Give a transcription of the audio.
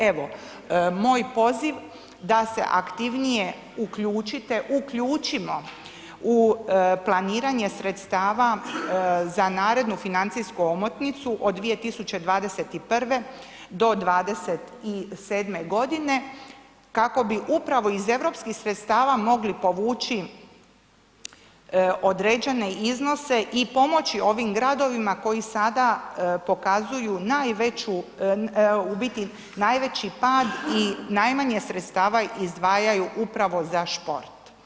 Evo, moj poziv da se aktivnije uključite, uključimo u planiranje sredstava za narednu financijsku omotnicu od 2021.-2027. godine kako bi upravo iz europskih sredstava mogli povući određene iznose i pomoći ovim gradovima koji sada pokazuju najveću, u biti, najveći par i najmanje sredstava izdvajaju upravo za šport.